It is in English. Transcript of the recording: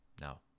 No